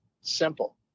Simple